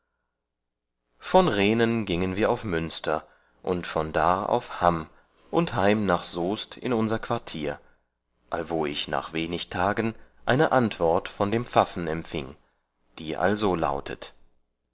von rehnen giengen wir auf münster und von dar auf hamm und heim nach soest in unser quartier allwo ich nach wenig tagen eine antwort von dem pfaffen empfieng die also lautet